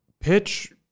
pitch